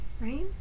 right